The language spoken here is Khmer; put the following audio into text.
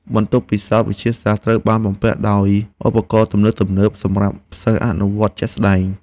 បន្ទប់ពិសោធន៍វិទ្យាសាស្ត្រត្រូវបានបំពាក់ដោយឧបករណ៍ទំនើបៗសម្រាប់សិស្សអនុវត្តជាក់ស្តែង។